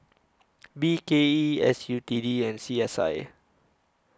B K E S U T D and C S I